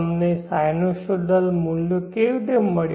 તમને સાઇનોસોડલ મૂલ્યો કેવી રીતે મળી